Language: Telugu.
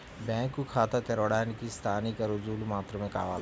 బ్యాంకు ఖాతా తెరవడానికి స్థానిక రుజువులు మాత్రమే కావాలా?